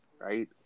right